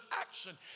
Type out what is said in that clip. action